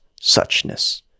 suchness